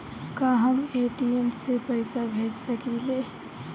का हम ए.टी.एम से पइसा भेज सकी ले?